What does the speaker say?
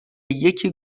یکی